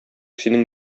синең